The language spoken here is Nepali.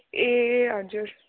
ए हजुर